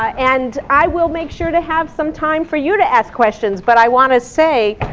and i will make sure to have some time for you to ask questions. but i want to say,